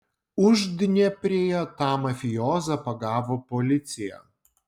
uždnieprėje tą mafijozą pagavo policija